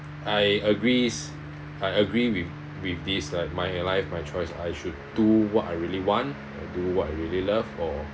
I agrees I agree with with this like my life my choice I should to what I really want do what I really love or